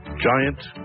giant